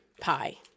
pie